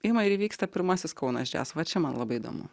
ima ir įvyksta pirmasis kaunas džias va čia man labai įdomu